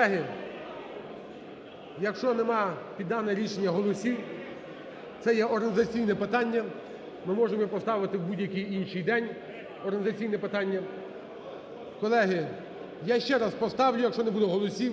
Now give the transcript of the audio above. Колеги, якщо немає під дане рішення голосів, це є організаційне питання, ми можемо його поставити в будь-який інший день, організаційне питання. Колеги, я ще раз поставлю, якщо не буде голосів,